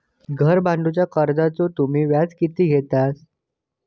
घर बांधूच्या कर्जाचो तुम्ही व्याज किती घेतास?